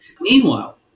Meanwhile